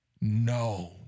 No